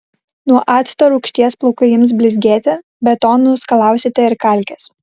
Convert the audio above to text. nuo acto rūgšties plaukai ims blizgėti be to nuskalausite ir kalkes